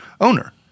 owner